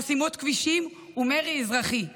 חסימות כבישים ומרי אזרחי,